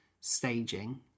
staging